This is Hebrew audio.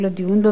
ובמהירות,